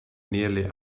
nearly